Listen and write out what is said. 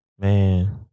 Man